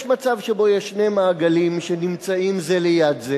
יש מצב שבו יש שני מעגלים שנמצאים זה ליד זה